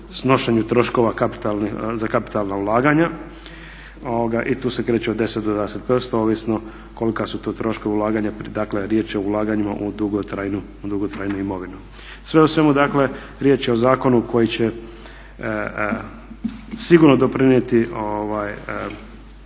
snošenju troškova za kapitalna ulaganja i tu se kreću od 10 do 20% ovisno koliki su tu troškovi ulaganja dakle riječ o ulaganjima u dugotrajnu imovinu. Sve o svemu riječ je o zakonu koji će sigurno doprinijeti